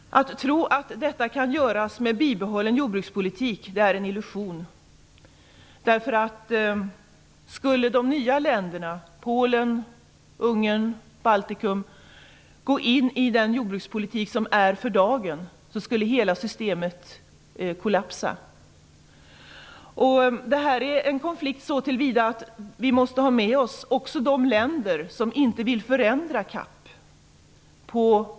Att tro att detta kan göras med bibehållen jordbrukspolitik är en illusion. Om de nya länderna, som Polen, Ungern och Baltikum, gick in i den jordbrukspolitik som gäller för dagen skulle hela systemet kollapsa. Det här är en konflikt så till vida att vi i förslaget om en utvidgning måste ha med oss också de länder som inte vill förändra CAP.